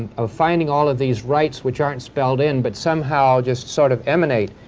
of finding all of these rights which aren't spelled in but somehow just sort of emanate,